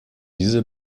diese